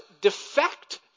defect